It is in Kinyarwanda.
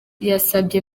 yasabye